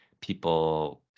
people